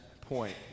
point